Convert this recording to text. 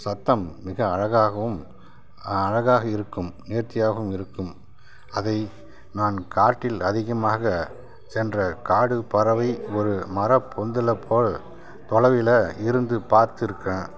சத்தம் மிக அழகாகவும் அழகாக இருக்கும் நேர்த்தியாகவும் இருக்கும் அதை நான் காட்டில் அதிகமாக சென்று காடு பறவை ஒரு மரப் பொந்தில் போல் தொலைவில இருந்து பார்த்துருக்கேன்